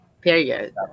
Period